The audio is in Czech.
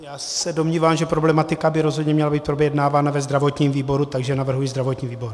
Já se domnívám, že problematika by rozhodně měla být projednávána ve zdravotním výboru, takže navrhuji zdravotní výbor.